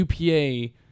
upa